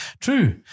True